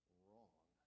wrong